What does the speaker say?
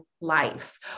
life